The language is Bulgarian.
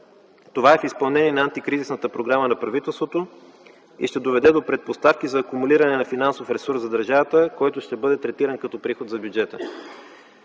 Това е в изпълнение на антикризисната програма на правителството и ще доведе до предпоставки за акумулиране на финансов ресурс за държавата, който ще бъде третиран като приход за бюджета.